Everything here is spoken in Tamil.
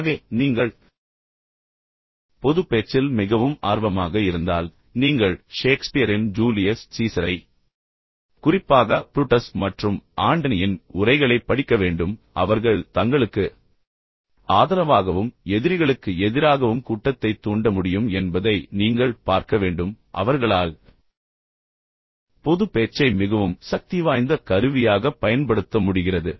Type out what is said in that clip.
எனவே நீங்கள் பொதுப் பேச்சில் மிகவும் ஆர்வமாக இருந்தால் நீங்கள் ஷேக்ஸ்பியரின் ஜூலியஸ் சீசரை குறிப்பாக புரூட்டஸ் மற்றும் ஆண்டனியின் உரைகளைப் படிக்க வேண்டும் பின்னர் அவர்கள் தங்களுக்கு ஆதரவாகவும் எதிரிகளுக்கு எதிராகவும் கூட்டத்தைத் தூண்ட முடியும் என்பதை நீங்கள் பார்க்க வேண்டும் பின்னர் அவர்களால் பொதுப் பேச்சை மிகவும் சக்திவாய்ந்த கருவியாகப் பயன்படுத்த முடிகிறது